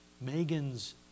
Megan's